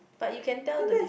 but you can tell the diff~